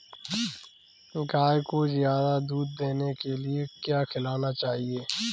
गाय को ज्यादा दूध देने के लिए क्या खिलाना चाहिए?